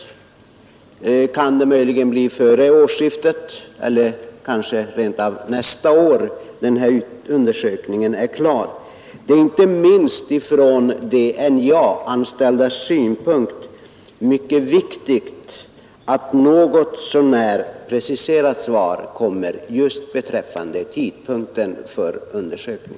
Kan den här utredningen möjligen bli klar före årsskiftet eller kanske rent av först nästa år? Det är inte minst ur de NJA-anställdas synpunkt mycket viktigt att ett något så när preciserat svar ges beträffande tidpunkten.